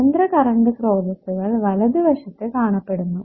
സ്വതന്ത്ര കറണ്ട് സ്രോതസ്സുകൾ വലതു വശത്തു കാണപ്പെടുന്നു